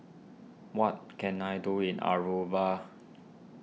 what can I do in Aruba